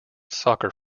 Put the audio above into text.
soccer